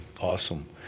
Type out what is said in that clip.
Awesome